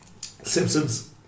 Simpsons